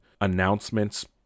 announcements